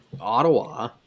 Ottawa